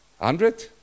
hundred